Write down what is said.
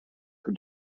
per